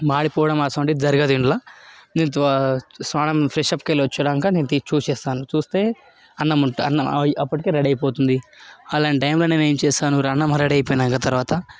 మాడిపోవడం అసువంటిది జరగదు ఇండ్ల నేను స్నానం ఫ్రెషప్ కెళ్ళి వచ్చినంక నేను చూసేస్తాను చూస్తే అన్నం అన్నం అప్పటికే రెడీ అయిపోతుంది అలాంటి టైంల నేను ఏం చేస్తాను అన్నం రెడీ అయిపోయినాక తర్వాత